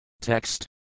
Text